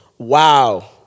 Wow